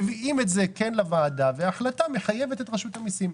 מביאים את זה לוועדה וההחלטה מחייבת את רשות המיסים.